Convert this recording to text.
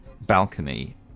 balcony